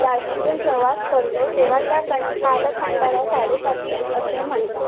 राशीतून प्रवास करतो तेव्हा त्या कं कालखंडाला साडेसाती असे म्हणतात